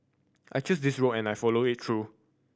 I chose this road and I'll follow it through